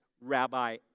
rabbi